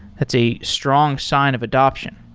that's a strong sign of adaption.